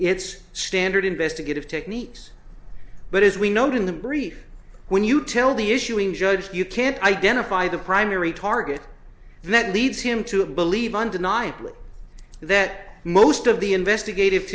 its standard investigative techniques but as we noted in the brief when you tell the issuing judge you can't identify the primary target and that leads him to believe undeniably that most of the investigative